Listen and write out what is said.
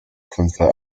sensor